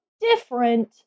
different